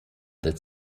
that